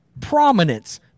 prominence